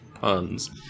puns